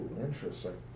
interesting